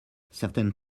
certaines